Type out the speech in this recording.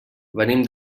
venim